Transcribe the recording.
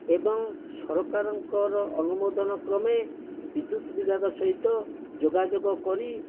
ଏବଂ ସରକାରଙ୍କର ଅନୁମୋଦନ କ୍ରମେ ବିଦ୍ୟୁତ ବିଭାଗ ସହିତ ଯୋଗାଯୋଗ କରି